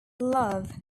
love